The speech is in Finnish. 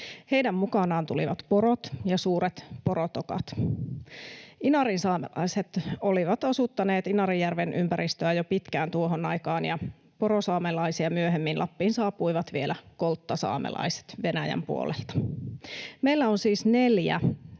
Heidän mukanaan tulivat porot ja suuret porotokat. Inarinsaamelaiset olivat asuttaneet Inarijärven ympäristöä jo pitkään tuohon aikaan, ja porosaamelaisia myöhemmin Lappiin saapuivat vielä kolttasaamelaiset Venäjän puolelta. Meillä on siis neljä